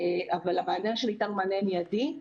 אבל המענה שניתן הוא מענה מיידי.